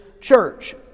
church